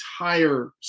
entire